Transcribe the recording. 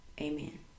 amen